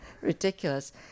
ridiculous